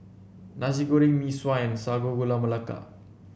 Nasi Goreng Mee Sua and Sago Gula Melaka